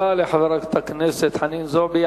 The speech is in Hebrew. תודה לחברת הכנסת חנין זועבי.